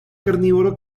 carnívoro